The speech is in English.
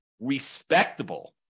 respectable